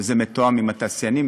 זה מתואם עם התעשיינים,